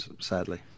sadly